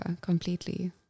completely